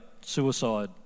suicide